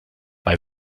bei